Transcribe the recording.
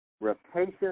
Rapacious